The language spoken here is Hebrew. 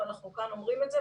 ואנחנו כאן אומרים את זה,